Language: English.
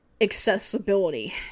accessibility